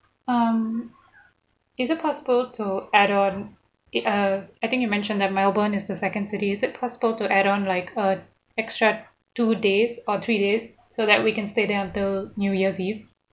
um is it possible to add on it uh I think you mentioned that melbourne is the second city is it possible to add on like a extra two days or three days so that we can stay there until new year's eve